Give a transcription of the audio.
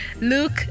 look